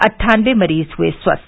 अट्ठानबे मरीज हए स्वस्थ